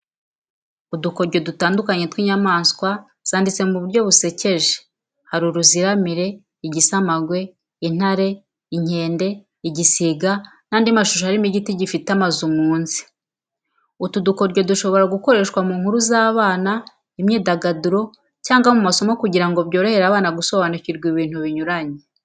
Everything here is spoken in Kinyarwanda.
Udukoryo dutandukanye tw’inyamaswa zanditswe mu buryo busekeje. Hari uruziramire, igisamagwe, intare, inkende, igisiga, n’andi mashusho arimo igiti gifite amazu munsi. Utu dukoryo dushobora gukoreshwa mu nkuru z’abana, imyidagaduro cyangwa mu masomo kugira ngo byorohere abana gusobanukirwa ibintu binyuranye.